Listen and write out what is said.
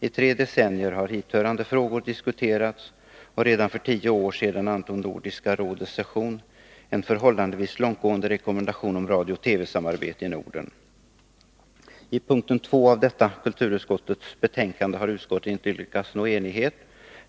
I tre decennier har hithörande frågor diskuterats, och redan för tio år sedan antog Nordiska rådets session en förhållandevis långtgående rekommendation om radio-TV-samarbetet i Norden. I punkt 2 av detta kulturutskottets betänkande har utskottet inte lyckats nå enighet.